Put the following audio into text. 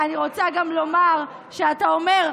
אני רוצה גם לומר שאתה אומר,